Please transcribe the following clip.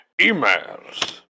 emails